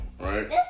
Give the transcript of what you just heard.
right